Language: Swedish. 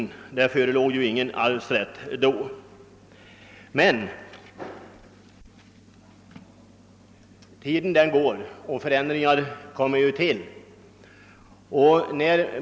Med hänsyn till att, såvitt man kan förstå, felaktiga domar har fällts borde det nu föreligga möjligheter till en omprövning i sådana fall, speciellt med tanke på den starka förändring som den nu införda arvsrätten innebär.